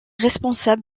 responsable